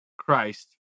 Christ